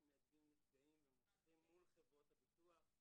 אנחנו מייצגים נפגעים ומבוטחים מול חברות הביטוח.